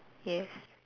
yes